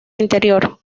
interior